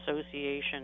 Association